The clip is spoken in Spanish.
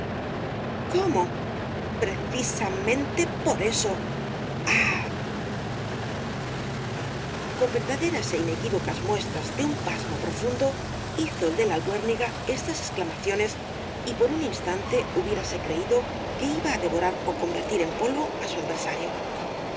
men te por eso ahü con verdaderas é inequívocas muestras de un pasmo profundo hizo el de la albuérniga estas exclamaciones y por un instante hubiérase creído que iba á devorar ó convertir en polvo á su adversario